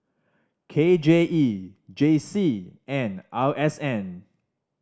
K J E J C and R S N